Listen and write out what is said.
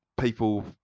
people